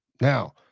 Now